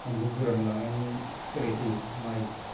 फानलु गोरान लानानै सोलायफैयो माइ